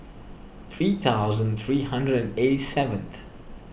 three thousand three hundred and eighty seventh